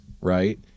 right